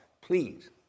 please